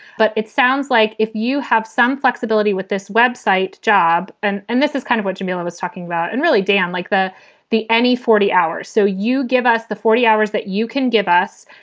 but it sounds like if you have some flexibility with this web site job, and and this is kind of what jamila was talking about and really, dan, like the the any forty hours. so you give us the forty hours that you can give us.